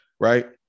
Right